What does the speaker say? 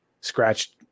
scratched